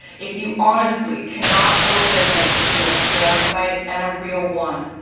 if you honestly cannot tell the difference between a scam site and a real one,